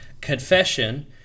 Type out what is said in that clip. confession